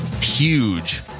huge